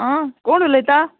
आं कोण उलयता